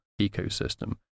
ecosystem